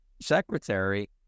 secretary